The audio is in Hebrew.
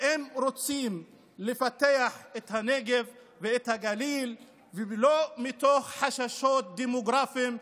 ואם רוצים לפתח את הנגב ואת הגליל לא מתוך חששות דמוגרפיים,